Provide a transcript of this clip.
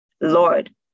Lord